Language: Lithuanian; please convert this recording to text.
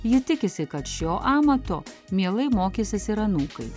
ji tikisi kad šio amato mielai mokysis ir anūkai